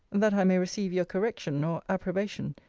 that i may receive your correction, or approbation,